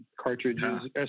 cartridges